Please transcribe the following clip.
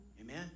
Amen